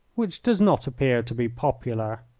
which does not appear to be popular.